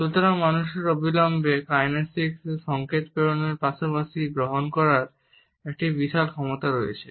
সুতরাং মানুষের অবিলম্বে কাইনেসিক সংকেত প্রেরণের পাশাপাশি গ্রহণ করার একটি বিশাল ক্ষমতা রয়েছে